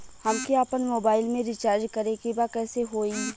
हमके आपन मोबाइल मे रिचार्ज करे के बा कैसे होई?